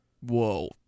Whoa